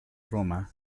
roma